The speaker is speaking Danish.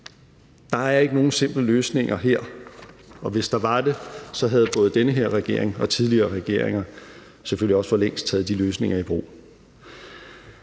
Der er ikke nogen simple løsninger her, og hvis der var det, havde både den her regering og tidligere regeringer selvfølgelig også for længst taget de løsninger i brug.